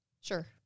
sure